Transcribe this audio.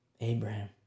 Abraham